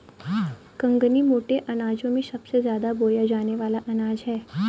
कंगनी मोटे अनाजों में सबसे ज्यादा बोया जाने वाला अनाज है